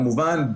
כמובן,